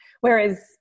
whereas